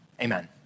Amen